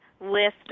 list